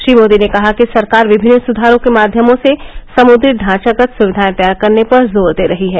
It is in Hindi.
श्री मोदी ने कहा कि सरकार विभिन्न सुधारों के माध्यमों से समुद्री ढांचागत सुविधाए तैयार करने पर जोर दे रही है